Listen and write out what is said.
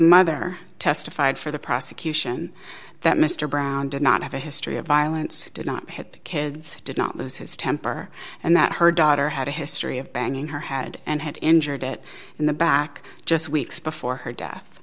mother testified for the prosecution that mr brown did not have a history of violence did not hit the kids did not lose his temper and that her daughter had a history of banging her had and had injured it in the back just weeks before her death